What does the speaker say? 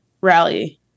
rally